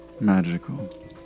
magical